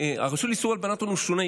לאיסור הלבנת הון הוא שונה.